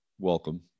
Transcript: welcome